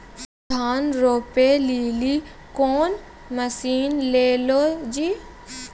धान रोपे लिली कौन मसीन ले लो जी?